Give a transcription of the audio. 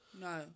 no